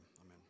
Amen